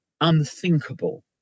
unthinkable